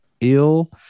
ill